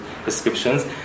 prescriptions